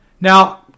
Now